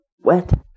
wet